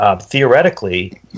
theoretically